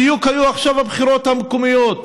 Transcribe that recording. בדיוק היו עכשיו הבחירות המקומיות.